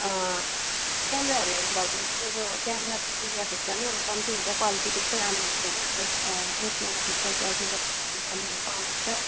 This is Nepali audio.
क्यामेराहरू हेर्नु भयो भने तपाईँको क्यामेराको मेगापिक्सल नि अब कम्ति हुन्छ क्वालिटी त्यस्तो राम्रो हुँदैन एट एट मेगापिक्सल टुएल्भ मेगापिक्सलहरूको क्यामेराहरू पाउनुहुन्छ